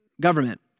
government